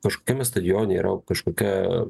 kažkokiame stadione yra kažkokia